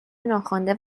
ناخوانده